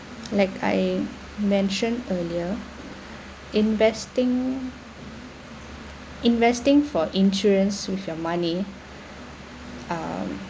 like I mentioned earlier investing investing for insurance with your money um